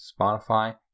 Spotify